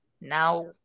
Now